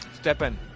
Step-in